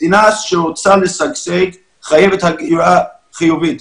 מדינה שרוצה לשגשג חייבת הגירה חיובית,